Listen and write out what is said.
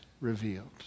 revealed